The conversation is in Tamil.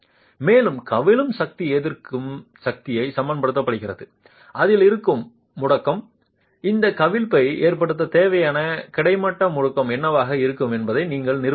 மேலும் கவிழும் சக்தி எதிர்க்கும் சக்திக்கு சமப்படுத்தப்படுகிறது அதில் இருந்து முடுக்கம் இந்த கவிழ்ப்பை ஏற்படுத்த தேவையான கிடைமட்ட முடுக்கம் என்னவாக இருக்கும் என்பதை நீங்கள் நிறுவ முடியும்